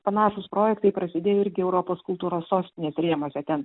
panašūs projektai prasidėjo irgi europos kultūros sostinės rėmuose ten